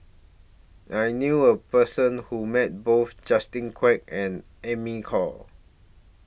I knew A Person Who Met Both Justin Quek and Amy Khor